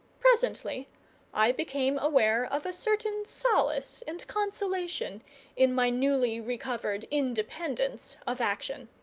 presently i became aware of a certain solace and consolation in my newly-recovered independence of action.